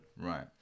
Right